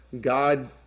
God